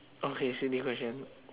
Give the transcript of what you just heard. okay silly question